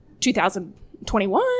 2021